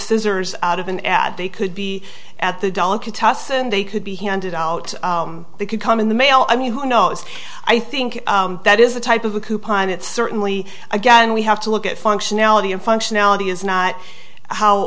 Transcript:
scissors out of an ad they could be at the delicate tussin they could be handed out they could come in the mail i mean who knows i think that is a type of a coupon it's certainly again we have to look at functionality and functionality is not how